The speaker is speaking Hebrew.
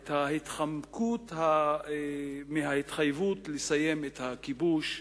את ההתחמקות מההתחייבות לסיים את הכיבוש,